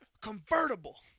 convertible